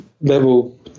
level